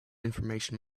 information